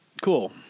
cool